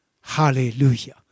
hallelujah